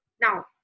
Now